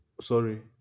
sorry